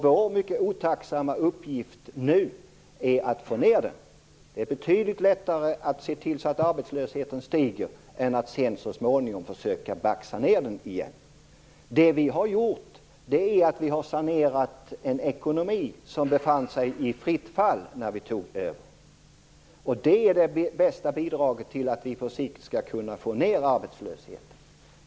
Vår mycket otacksamma uppgift nu är att få ned den. Det är betydligt lättare att se till att arbetslösheten stiger än att sedan så småningom försöka baxa ned den igen. Det som vi har gjort är att sanera en ekonomi som befann sig i fritt fall när vi tog över. Det är det bästa bidraget till att vi på sikt skall kunna få ned arbetslösheten.